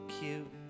cute